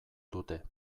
dute